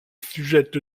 sujette